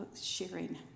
sharing